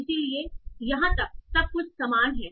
इसलिए यहां तक सब कुछ समान है